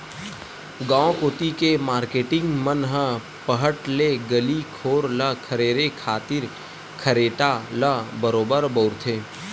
गांव कोती के मारकेटिंग मन ह पहट ले गली घोर ल खरेरे खातिर खरेटा ल बरोबर बउरथे